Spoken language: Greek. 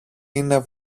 είναι